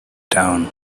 town